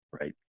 Right